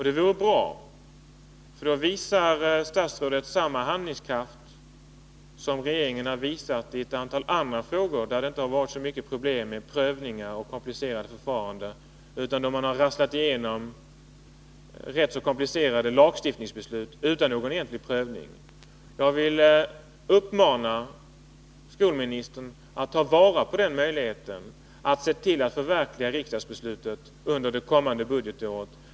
Det vore bra. I så fall visar statsrådet samma handlingskraft som regeringen har visat i ett antal andra frågor, där det inte varit så många problem med prövningar och komplicerade förfaranden. Man har i stället rasslat igenom rätt så komplicerade lagstiftningsbeslut utan någon egentlig prövning. Jag vill uppmana skolministern att ta vara på den möjlighet som finns när det gäller att förverkliga ett riksdagsbeslut under det kommande budgetåret.